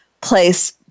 Place